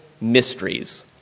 mysteries